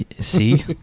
See